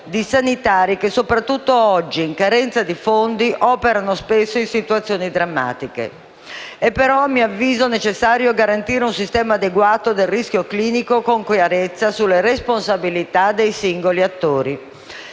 di sanitari, che, soprattutto oggi, in carenza di fondi, operano spesso in situazioni drammatiche. È però, a mio avviso, necessario garantire con chiarezza un sistema adeguato del rischio clinico rispetto alle responsabilità dei singoli attori.